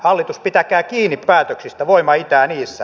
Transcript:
hallitus pitäkää kiinni päätöksistä voima itää niissä